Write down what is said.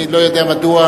אני לא יודע מדוע,